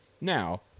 Now